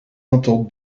aantal